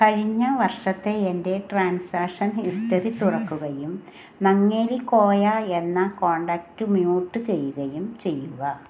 കഴിഞ്ഞ വർഷത്തെ എൻ്റെ ട്രാൻസാക്ഷൻ ഹിസ്റ്ററി തുറക്കുകയും നങ്ങേലി കോയ എന്ന കോൺടാക്റ്റ് മ്യൂട്ട് ചെയ്യുകയും ചെയ്യുക